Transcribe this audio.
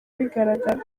bigaragara